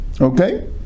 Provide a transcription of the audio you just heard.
Okay